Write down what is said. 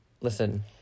Listen